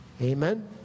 Amen